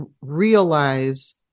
realize